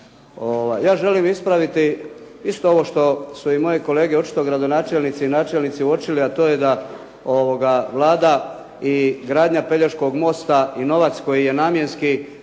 Ja želim ispraviti isto ovo što su i moje kolege očito gradonačelnici i načelnici uočili a to je da Vlada i gradnja Pelješkog mosta i novac koji je namjenski